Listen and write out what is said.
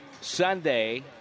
Sunday